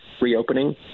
reopening